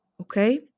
okay